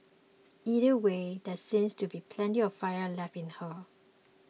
either way there seems to be plenty of fire left in her